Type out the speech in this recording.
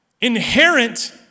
inherent